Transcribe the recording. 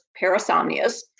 parasomnias